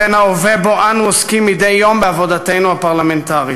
והווה שבו אנו עוסקים מדי יום בעבודתנו הפרלמנטרית.